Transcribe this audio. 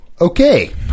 okay